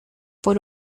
por